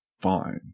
fine